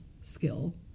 skill